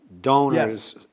donors